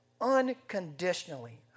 Unconditionally